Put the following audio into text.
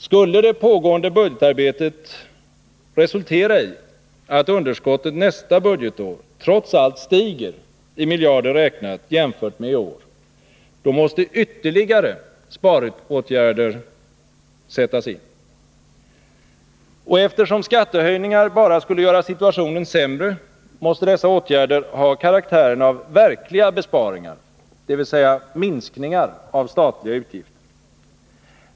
Skulle det pågående budgetarbetet resultera i att underskottet nästa budgetår trots allt stiger i miljarder räknat jämfört med i år, då måste ytterligare sparåtgärder sättas in. Och eftersom skattehöjningar bara skulle 87 göra situationen sämre, måste dessa åtgärder ha karaktären av verkliga besparingar, dvs. minskningar av statliga utgifter.